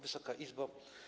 Wysoka Izbo!